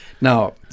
Now